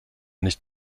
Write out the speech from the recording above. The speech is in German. nicht